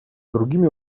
другими